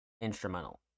instrumental